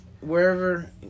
wherever